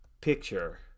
picture